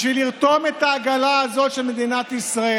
בשביל לרתום את העגלה הזאת של מדינת ישראל,